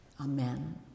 Amen